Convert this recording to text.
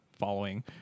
Following